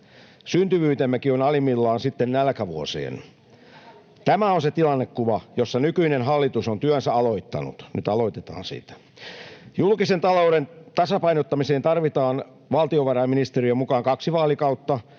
Syntyvyytemmekin on alimmillaan sitten nälkävuosien. Tämä on se tilannekuva, jossa nykyinen hallitus on työnsä aloittanut — nyt aloitetaan siitä. Julkisen talouden tasapainottamiseen tarvitaan valtiovarainministeriön mukaan kaksi vaalikautta.